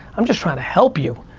i'm just trying to help you,